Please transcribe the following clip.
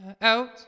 Out